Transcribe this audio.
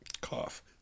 Cough